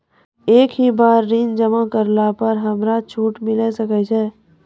एक ही बार ऋण जमा करला पर हमरा छूट मिले सकय छै?